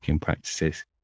practices